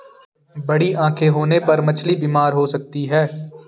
बड़ी आंखें होने पर मछली बीमार हो सकती है